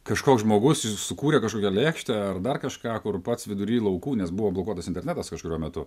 kažkoks žmogus jis sukūrė kažkokią lėkštę ar dar kažką kur pats vidury laukų nes buvo blokuotas internetas kažkuriuo metu